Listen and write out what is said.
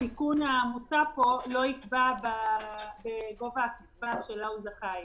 התיקון המוצע פה לא יפגע בגובה הקצבה שלה הוא זכאי.